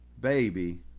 baby